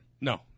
No